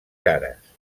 cares